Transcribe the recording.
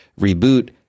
reboot